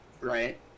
right